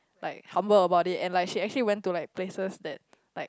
like humble about it and like she actually went to like places that like